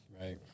Right